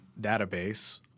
database